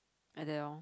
like that orh